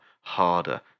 harder